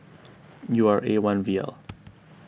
U R A one V L